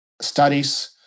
studies